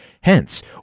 Hence